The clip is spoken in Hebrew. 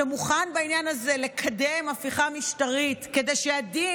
שמוכן בעניין הזה לקדם הפיכה משטרית כדי שהדין